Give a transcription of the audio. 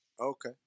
okay